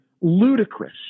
ludicrous